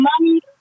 Money